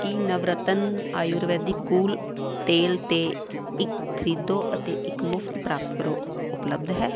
ਕੀ ਨਵਰਤਨ ਆਯੁਵੈਦਿਕ ਕੂਲ ਤੇਲ 'ਤੇ ਇੱਕ ਖਰੀਦੋ ਅਤੇ ਇੱਕ ਮੁਫਤ ਪ੍ਰਾਪਤ ਕਰੋ ਉਪਲੱਬਧ ਹੈ